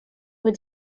wood